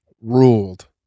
ruled